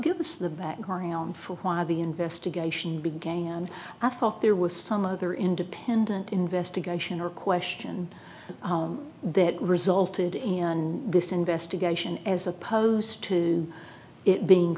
give us the background for why the investigation began and i thought there was some other independent investigation or question that resulted in this investigation as opposed to it being